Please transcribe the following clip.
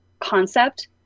concept